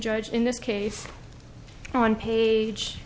judge in this case on page